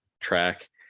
track